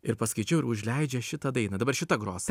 ir paskaičiau ir užleidžia šitą dainą dabar šita gros